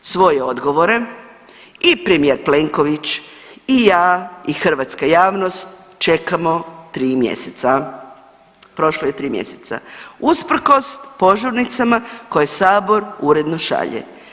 Svoje odgovore i premijer Plenković i ja i hrvatska javnost čekamo 3 mjeseca, prošlo je 3 mjeseca usprkos požurnicama koje sabor uredno šalje.